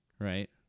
Right